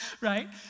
right